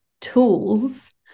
tools